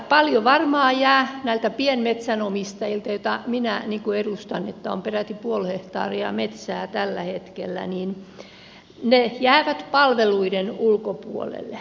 paljon varmaan jää näiltä pienmetsänomistajilta joita minä niin kuin edustan että on peräti puoli hehtaaria metsää tällä hetkellä ne jäävät palveluiden ulkopuolelle